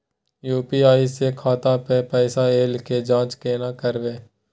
UPI स खाता मे पैसा ऐल के जाँच केने करबै?